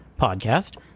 podcast